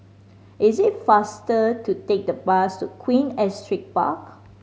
is it faster to take the bus to Queen Astrid Park